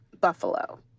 buffalo